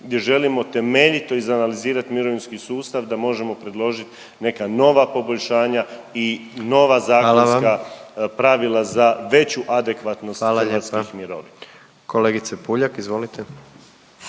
gdje želimo temeljito izanalizirat mirovinski sustav da možemo predložit neka nova poboljšanja i nova …/Upadica predsjednik: Hvala vam./…zakonska pravila